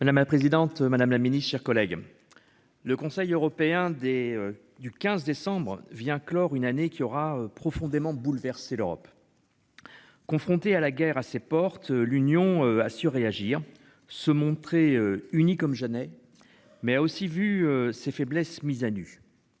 Madame la présidente Madame la Ministre, chers collègues. Le Conseil européen des du 15 décembre vient clore une année qui aura profondément bouleversé l'Europe. Confronté à la guerre à ses portes, l'Union à surréagir se montrer unis comme Janet, mais a aussi vu ses faiblesses mises à nu.